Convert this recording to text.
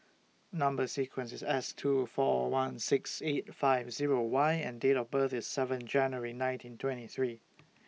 Number sequence IS S two four one six eight five Zero Y and Date of birth IS seven January nineteen twenty three